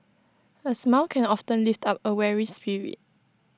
A smile can often lift up A weary spirit